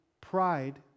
pride